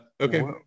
Okay